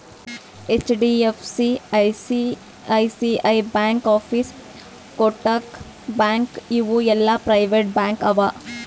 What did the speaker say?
HDFC, ICICI bank, Axis, Kotak bank ಇವು ಎಲ್ಲಾ private bank ಅವಾ